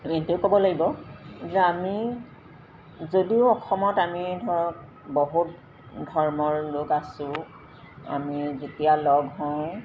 এইটোৱে ক'ব লাগিব যে আমি যদিও অসমত আমি ধৰক বহুত ধৰ্মৰ লোক আছোঁ আমি যেতিয়া লগ হওঁ